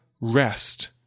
rest